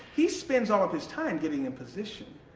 he spends all of his time getting in position.